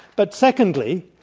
but secondly,